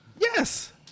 Yes